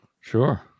Sure